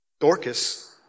Dorcas